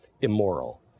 immoral